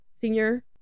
senior